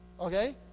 Okay